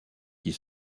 qui